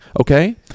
Okay